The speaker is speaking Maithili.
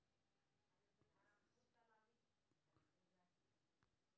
जब हमरा पैसा भेजय के बारे में विवरण जानय के होय?